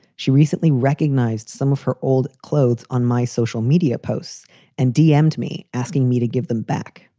she recently recognized some of her old clothes on my social media posts and deemed me asking me to give them back.